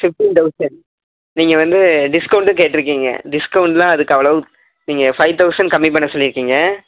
fifteen thousand நீங்கள் வந்து டிஸ்கவுண்ட்டும் கேட்டிருக்கீங்க டிஸ்கவுண்டெலாம் அதுக்கு அவ்வளவுக் நீங்கள் ஃபைவ் தௌசண்ட் கம்மி பண்ண சொல்லியிருக்கீங்க